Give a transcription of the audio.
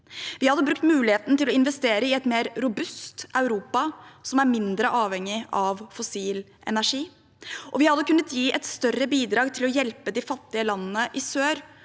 Vi hadde brukt muligheten til å investere i et mer robust Europa, som er mindre avhengig av fossil energi, og vi hadde kunnet gi et større bidrag til å hjelpe de fattige landene i sør,